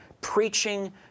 preaching